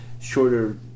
shorter